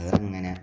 അത് അങ്ങനെ